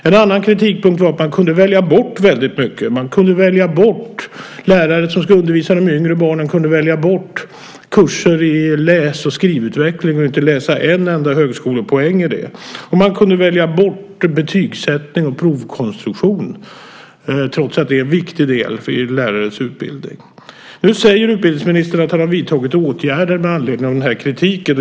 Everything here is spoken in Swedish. En annan kritikpunkt gällde att man kunde välja bort väldigt mycket. Man kunde välja bort lärare som skulle undervisa de yngre barnen, och man kunde välja bort kurser i läs och skrivutveckling och inte läsa en enda högskolepoäng i det. Man kunde också välja bort betygssättning och provkonstruktion trots att det är en viktig del i en lärares utbildning. Nu säger utbildningsministern att han har vidtagit åtgärder med anledning av framförd kritik.